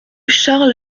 charles